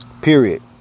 period